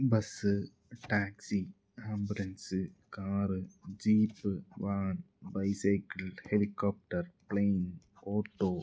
bus taxi ambulance car jeep van bicycle helicopter plane auto